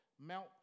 Mount